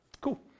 Cool